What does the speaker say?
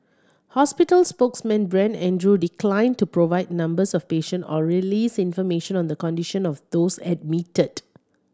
hospital spokesman Brent Andrew declined to provide numbers of patient or release information on the condition of those admitted